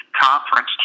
conference